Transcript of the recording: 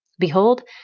Behold